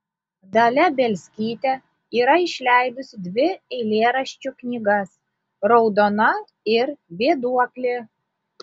dalia bielskytė yra išleidusi dvi eilėraščių knygas raudona ir vėduoklė